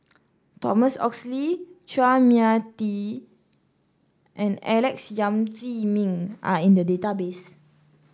Thomas Oxley Chua Mia Tee and Alex Yam Ziming are in the database